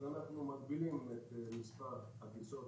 אז אנחנו מגבילים את מספר הטיסות